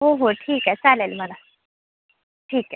हो हो ठीक आहे चालेल मला ठीक आहे